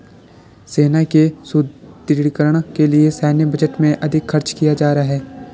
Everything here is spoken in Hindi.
सेना के सुदृढ़ीकरण के लिए सैन्य बजट में अधिक खर्च किया जा रहा है